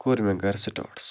کوٚر مےٚ گَرِ سِٹاٹ سُہ